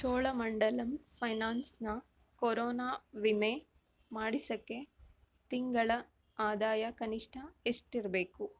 ಚೋಳಮಂಡಲಮ್ ಫೈನಾನ್ಸ್ನ ಕೊರೋನಾ ವಿಮೆ ಮಾಡಿಸೋಕ್ಕೆ ತಿಂಗಳ ಆದಾಯ ಕನಿಷ್ಟ ಎಷ್ಟಿರಬೇಕು